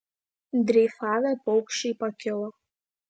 dreifavę paukščiai pakilo